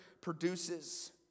produces